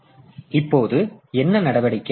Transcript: எனவே இப்போது என்ன நடவடிக்கை